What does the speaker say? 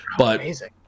Amazing